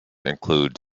include